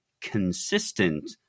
consistent